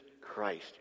Christ